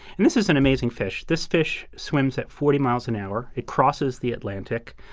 and this is an amazing fish. this fish swims at forty miles an hour. it crosses the atlantic.